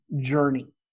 journey